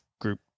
group